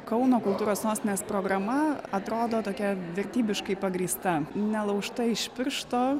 kauno kultūros sostinės programa atrodo tokia vertybiškai pagrįsta nelaužta iš piršto